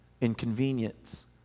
Inconvenience